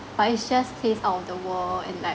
but is just taste out of the world and like